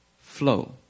flow